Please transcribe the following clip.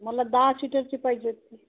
मला दहा सीटरची पाहिजे आहेत